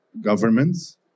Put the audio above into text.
governments